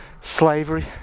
slavery